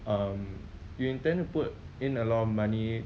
um you intend to put in a lot of money